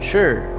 Sure